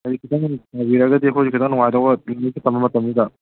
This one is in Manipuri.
ꯍꯥꯏꯗꯤ ꯈꯤꯇ ꯌꯦꯡꯕꯤꯔꯒꯗꯤ ꯑꯩꯈꯣꯏꯁꯨ ꯈꯤꯇꯪ ꯅꯨꯡꯉꯥꯏꯗꯧꯕ ꯂꯥꯏꯔꯤꯛꯀ ꯇꯝꯕ ꯃꯇꯝꯁꯤꯗ